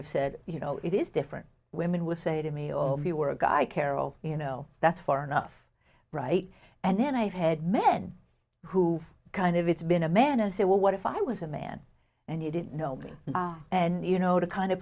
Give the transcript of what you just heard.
i've said you know it is different women would say to me or you were a guy carol you know that's far enough right and then i've had men who've kind of it's been a man and say well what if i was a man and he didn't know me and you know to kind of